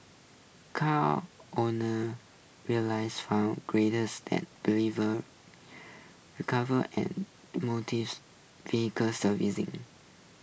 car owners realize found greaters and believers recorver and motice vehicle servicing